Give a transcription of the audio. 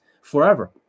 forever